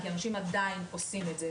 כי אנשים עדיין עושים את זה,